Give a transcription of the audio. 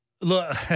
Look